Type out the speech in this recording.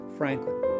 Franklin